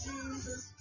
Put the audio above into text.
Jesus